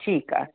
ठीकु आहे